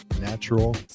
natural